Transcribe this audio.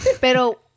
Pero